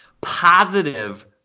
positive